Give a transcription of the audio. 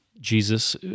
Jesus